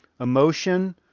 emotion